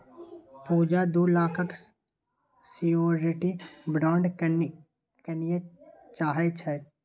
पुजा दु लाखक security bond कीनय चाहै छै